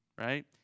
right